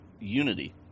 Unity